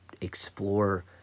explore